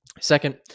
Second